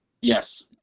Yes